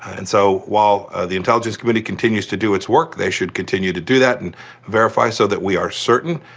and so, while the intelligence committee continues to do its work, they should continue to do that and verify so that we are certain.